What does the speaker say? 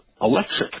electric